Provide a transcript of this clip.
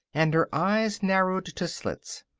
and her eyes narrowed to slits.